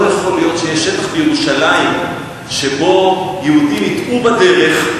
לא יכול להיות שיש שטח בירושלים שבו יהודים יתעו בדרך,